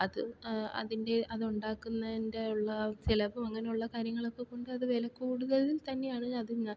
അത് അതിൻ്റെ അത് ഉണ്ടാക്കുന്നതിൻ്റെ ഉള്ള ചിലവും അങ്ങനെയുള്ള കാര്യങ്ങളൊക്കെ കൊണ്ട് അത് വിലക്കൂടുതൽ തന്നെയാണ് അത്